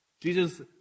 Jesus